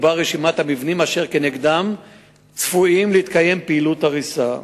ובה רשימת המבנים אשר כנגדם צפויה להתקיים פעילות הריסה.